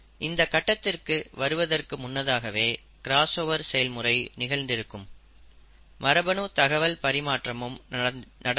இந்த கட்டத்திற்கு வருவதற்கு முன்னதாகவே கிராஸ்ஓவர் செயல்முறை நிகழ்ந்திருக்கும் மரபணு தகவல் பரிமாற்றமும் நடந்திருக்கும்